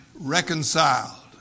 reconciled